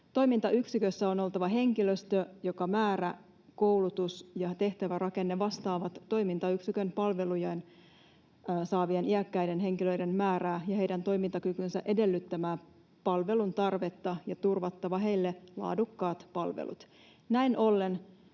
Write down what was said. Toimintayksikössä on oltava henkilöstö, jonka määrä, koulutus ja tehtävärakenne vastaavat toimintayksikön palveluja saavien iäkkäiden henkilöiden määrää ja heidän toimintakykynsä edellyttämää palvelun tarvetta ja turvaavat heille laadukkaat palvelut. Näin ollen